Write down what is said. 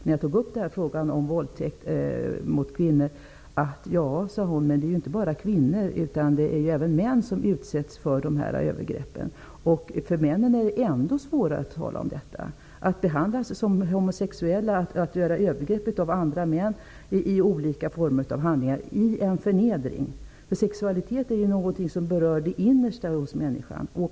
När jag tog upp frågan om våldtäkt av kvinnor sade hon: Ja, men det är inte bara kvinnor, utan det är även män som utsätts för de här övergreppen. För männen är det ännu svårare att tala om detta. Att behandlas som homosexuella, att utsättas för övergrepp av andra män i olika former av handlingar är en förnedring. Sexualitet är någonting som berör det innersta hos människan.